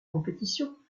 compétition